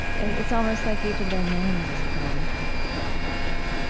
it's almost like each of their names is a poem yeah.